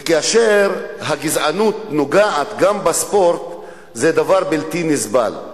כאשר הגזענות נוגעת גם בספורט זה דבר בלתי נסבל.